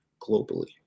globally